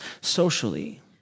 socially